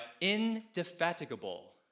Indefatigable